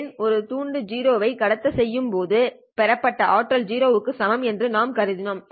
ஏன் ஒரு துண்டு 0 வை கடத்த செய்யும் போது பெறப்பட்ட ஆற்றல் 0 க்கு சமம் என்று நாம் கருதினோம்